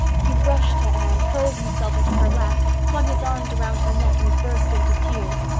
he rushed to anne, hurled himself into her lap, flung his arms around her neck, and burst into tears.